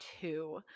two